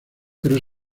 pero